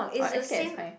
orh age gap is fine